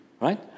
right